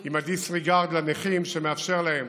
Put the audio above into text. של הדיסרגרד לנכים, שמאפשר להם